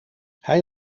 hij